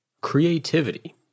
creativity